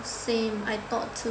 same I thought too